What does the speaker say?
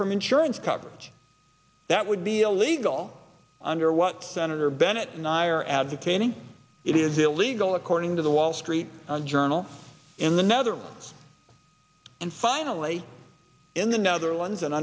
from insurance coverage that would be illegal under what senator bennett and i are advocating it is illegal according to the wall street journal in the netherlands and finally in the netherlands and